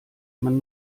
man